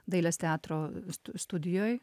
dailės teatro stu studijoj